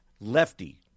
lefty